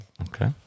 Okay